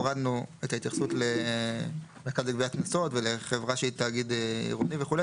הורדנו את ההתייחסות למרכז לגביית קנסות ולחברה שהיא תאגיד עירוני וכו',